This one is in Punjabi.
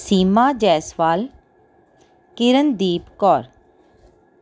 ਸੀਮਾ ਜੈਸਵਾਲ ਕਿਰਨਦੀਪ ਕੌਰ